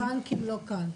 איגוד הבנקים לא כאן.